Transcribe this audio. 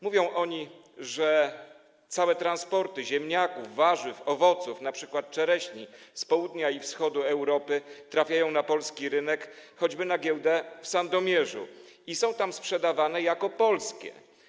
Mówią oni, że całe transporty ziemniaków, warzyw, owoców, np. czereśni, z południa i ze wschodu Europy trafiają na polski rynek, choćby na giełdę w Sandomierzu, i są tam sprzedawane jako polskie.